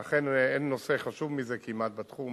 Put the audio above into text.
ואכן, אין נושא חשוב מזה כמעט בתחום